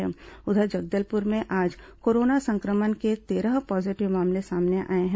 के सभी उधर जगदलपुर में आज कोरोना संक्रमण के तेरह पॉजीटिव मामले सामने आए हैं